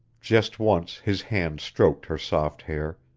just once his hand stroked her soft hair,